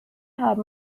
haben